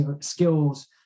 skills